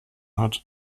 hat